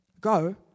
go